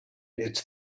its